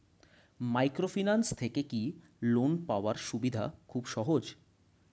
Microfinance থেকে কি loan পাওয়ার সুবিধা খুব সহজ?